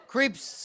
Creeps